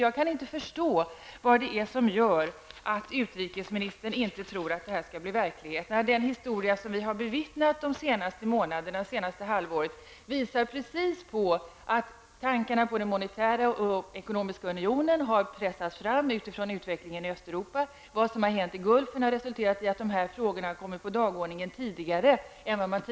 Jag kan inte förstå vad det är som gör att utrikesministern inte tror att detta skall bli verklighet, när den historia vi har bevittnat det senaste halvåret visar precis på att tankarna på den monetära och ekonomiska unionen har pressats fram med utgångspunkt i utvecklingen i Östeuropa. Det som har hänt i Gulfen har resulterat i att dessa frågor har kommit upp på dagordningen tidigare.